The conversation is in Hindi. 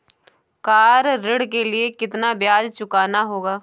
कार ऋण के लिए कितना ब्याज चुकाना होगा?